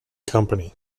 company